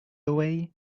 away